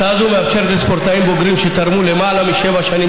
ההצעה הזו מאפשרת לספורטאים בוגרים שתרמו למעלה משבע שנים